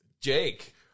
Jake